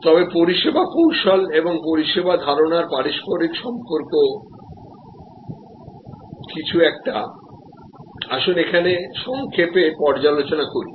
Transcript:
তবে পরিষেবা কৌশল এবং পরিষেবা ধারণার পারস্পরিক সম্পর্ক কিছু একটা আসুন এখানে সংক্ষেপে পর্যালোচনা করি